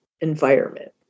environment